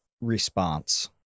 response